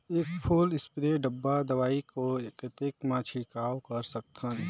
एक full spray डब्बा दवाई को कतेक म छिड़काव कर सकथन?